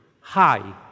high